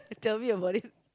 tell me about it